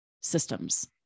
systems